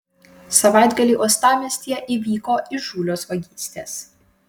savaitgalį uostamiestyje įvyko įžūlios vagystės